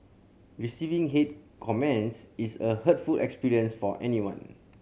receiving hate comments is a hurtful experience for anyone